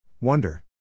Wonder